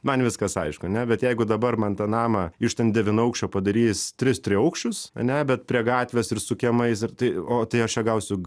man viskas aišku ne bet jeigu dabar man tą namą iš ten devynaukščio padarys tris triaukščius ane bet prie gatvės ir su kiemais ir tai o tai aš čia gausiu